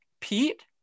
Pete